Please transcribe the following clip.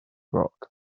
rock